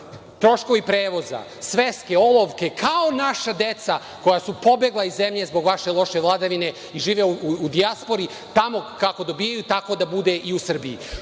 troškovi prevoza, sveske, olovke, kao naša deca koja su pobegla iz zemlje zbog vaše loše vladavine i žive u dijaspori, tamo kako dobijaju tako da bude i u Srbiji.